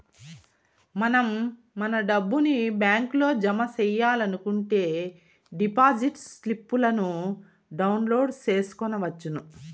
మనం మన డబ్బుని బ్యాంకులో జమ సెయ్యాలనుకుంటే డిపాజిట్ స్లిప్పులను డౌన్లోడ్ చేసుకొనవచ్చును